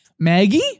Maggie